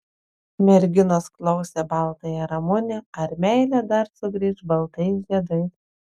merginos klausė baltąją ramunę ar meilė dar sugrįš baltais žiedais